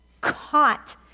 caught